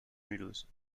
mulhouse